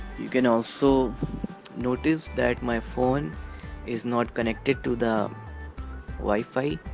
you can also notice that my phone is not connected to the um wi-fi.